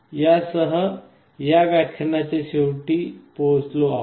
यासह आम्ही या व्याख्यानाच्या शेवटी पोहोचलो आहोत